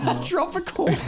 Tropical